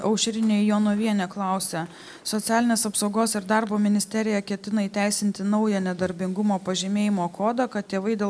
aušrinė jonovienė klausia socialinės apsaugos ir darbo ministerija ketina įteisinti naują nedarbingumo pažymėjimo kodą kad tėvai dėl